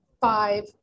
five